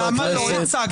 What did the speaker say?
למה לא הצגתם לבוחרים?